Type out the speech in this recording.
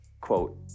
quote